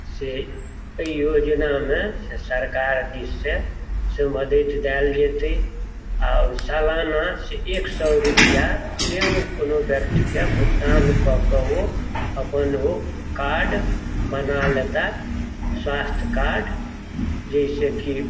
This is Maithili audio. से एहि योजनामे से सरकार दिससे से मदति देल जेतै आओर सालाना से एक सए रुपया से ओ कोनो व्यक्तिकेँ भुगतान कऽ कऽ ओ अपन ओ कार्ड बना लेताह स्वास्थ्य कार्ड जाहिसँ कि